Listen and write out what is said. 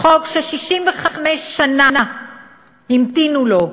חוק ש-65 שנה המתינו לו,